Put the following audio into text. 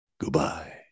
goodbye